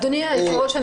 אדוני היושב-ראש,